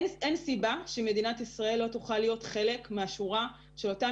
אין סיבה שמדינת ישראל לא תוכל להיות חלק מהשורה של אותן